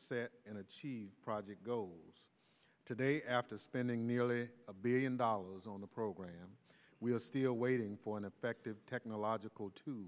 set and achieve project goals today after spending nearly a billion dollars on the program we are still waiting for an effective technological too